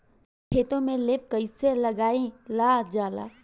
खेतो में लेप कईसे लगाई ल जाला?